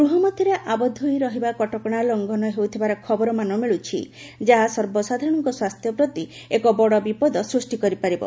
ଗୃହ ମଧ୍ୟରେ ଆବଦ୍ଧ ହୋଇ ରହିବା କଟକଣା ଲଂଘନ ହେଉଥିବାର ଖବର ମାନ ମିଳୁଛି ଯାହା ସର୍ବସାଧାରଣଙ୍କ ସ୍ୱାସ୍ଥ୍ୟ ପ୍ରତି ଏକ ବଡ଼ ବିପଦ ସୃଷ୍ଟି କରିପାରିବ